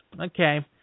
okay